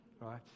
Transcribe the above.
Right